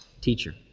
teacher